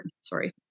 sorry